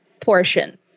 portion